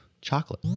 chocolate